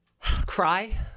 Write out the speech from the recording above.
cry